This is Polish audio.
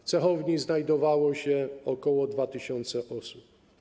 W cechowni znajdowało się ok. 2 tys. osób.